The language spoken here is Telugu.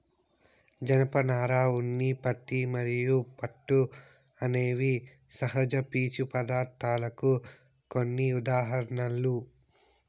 జనపనార, ఉన్ని, పత్తి మరియు పట్టు అనేవి సహజ పీచు పదార్ధాలకు కొన్ని ఉదాహరణలు